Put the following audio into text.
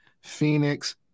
phoenix